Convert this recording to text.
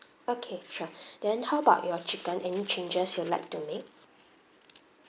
okay sure then how about your chicken any changes you'd like to make